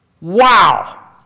Wow